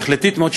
והחלטית מאוד,